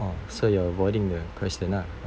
oh so you're avoiding the question lah